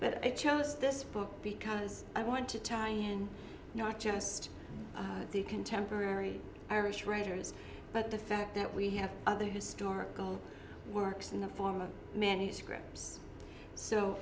but i chose this book because i want to tie in not just the contemporary irish writers but the fact that we have other historical works in the form of many scripts so